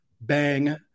Bang